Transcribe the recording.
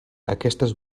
aquestes